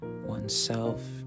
oneself